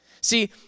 See